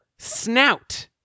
Snout